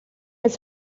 als